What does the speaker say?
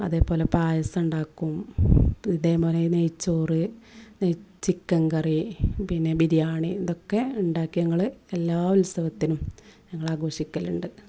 അതേപോലെ പായസമുണ്ടാക്കും ഇതേ പോലെ നെയ്ച്ചോറു നെയ് ചിക്കന് കറി പിന്നെ ബിരിയാണി ഇതൊക്കെ ഉണ്ടാക്കി ഞങ്ങൾ എല്ലാ ഉത്സവത്തിനും ഞങ്ങളാഘോഷിക്കലുണ്ട്